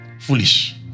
foolish